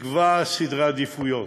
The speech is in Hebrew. תקבע סדרי עדיפויות,